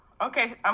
Okay